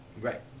Right